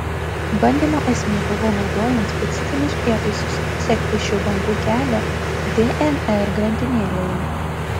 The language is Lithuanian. bandymo esmė buvo naudojant specifinius prietaisus atsekti šių bangų kelią dnr grandinėlėje